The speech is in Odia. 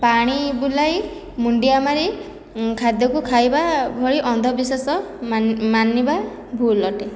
ପାଣି ବୁଲାଇ ମୁଣ୍ଡିଆ ମାରି ଖାଦ୍ୟକୁ ଖାଇବା ଭଳି ଅନ୍ଧବିଶ୍ୱାସ ମାନିବା ଭୁଲ ଅଟେ